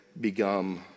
become